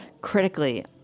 critically